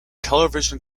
television